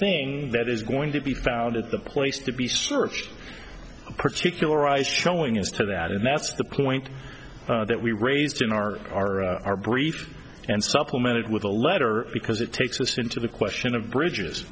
thing that is going to be found at the place to be searched particularized showing as to that and that's the point that we raised in our our brief and supplemented with the letter because it takes us into the question of bridges